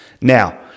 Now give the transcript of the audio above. Now